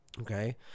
okay